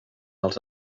els